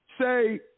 Say